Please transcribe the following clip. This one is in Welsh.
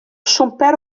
siwmper